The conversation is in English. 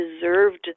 deserved